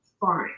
fine